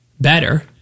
better